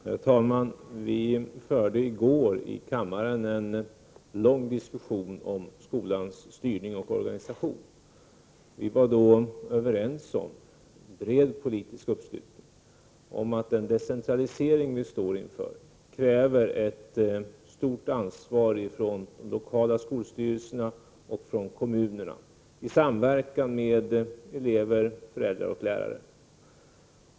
ERE 2 Herr talman! Vi förde i går i kammaren en lång diskussion om skolans 4 Ha SEND styrning och organisation. Vi var då överens om — det var en bred politisk uppslutning — att den decentralisering vi står inför kräver ett stort ansvar i från de lokala skolstyrelserna och från kommunerna i samverkan med elever, föräldrar och lärare.